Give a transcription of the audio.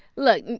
look.